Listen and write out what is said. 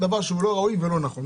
דבר שהוא לא ראוי ולא נכון.